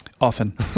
Often